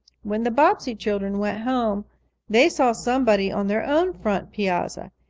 when the bobbsey children went home they saw somebody on their own front piazza.